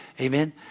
Amen